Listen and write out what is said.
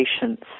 patients